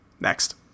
Next